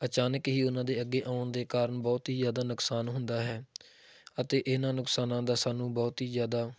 ਅਚਾਨਕ ਹੀ ਉਹਨਾਂ ਦੇ ਅੱਗੇ ਆਉਣ ਦੇ ਕਾਰਨ ਬਹੁਤ ਹੀ ਜ਼ਿਆਦਾ ਨੁਕਸਾਨ ਹੁੰਦਾ ਹੈ ਅਤੇ ਇਹਨਾਂ ਨੁਕਸਾਨਾਂ ਦਾ ਸਾਨੂੰ ਬਹੁਤ ਹੀ ਜ਼ਿਆਦਾ